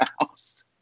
house